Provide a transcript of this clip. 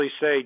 say